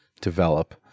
Develop